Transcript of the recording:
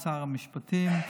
ושר המשפטים,